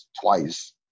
twice